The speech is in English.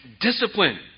discipline